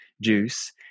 juice